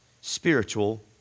spiritual